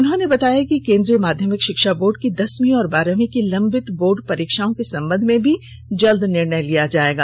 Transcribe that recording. उन्होंने कहा कि केन्द्रीय माध्यामिक शिक्षा बोर्ड की दसवीं और बारहवीं की लंबित बोर्ड परीक्षाओं के संबंध में भी जल्द ही निर्णय लिया जाएगा